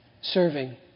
serving